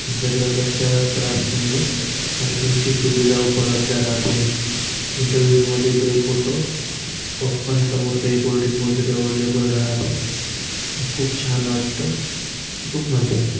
कोणत्या प्रकारच्या त्रास नाही होत पार्किंगची सुविधा उपलब्ध राहते इंटरवलमध्ये ब्रेक होतो पॉपकॉर्न समोसे कोल्डड्रिंक वगैरे अव्हेलेबल राहते तर खूप छान वाटतो खूप मजा येते